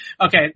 Okay